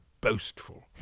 boastful